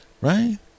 Right